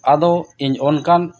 ᱟᱫᱚ ᱤᱧ ᱚᱱᱠᱟᱱ